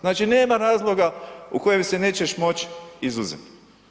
Znači nema razloga u kojem se nećeš moći izuzeti.